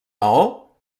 maó